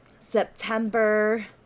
September